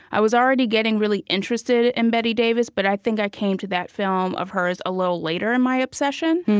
i was already getting really interested in bette davis, but i think i came to that film of hers a little later in my obsession,